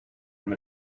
and